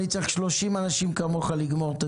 אני מצטרף לכל מה שאמר קודמי ואני רוצה להוסיף דברים נוספים.